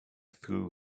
through